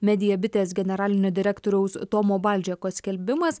medija bitės generalinio direktoriaus tomo baldžeko skelbimas